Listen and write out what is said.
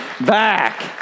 back